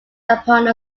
upon